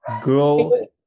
grow